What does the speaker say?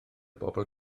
bobl